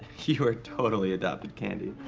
you are totally adopted, candy.